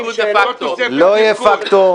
לא יהיה פקטור.